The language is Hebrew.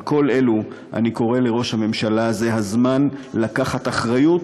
על כל אלו אני קורא לראש הממשלה: זה הזמן לקחת אחריות,